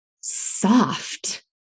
soft